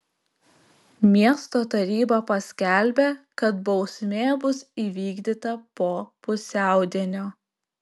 miesto taryba paskelbė kad bausmė bus įvykdyta po pusiaudienio